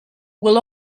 will